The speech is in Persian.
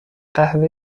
قهوه